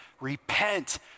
repent